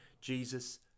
jesus